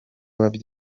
byakozwe